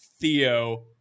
Theo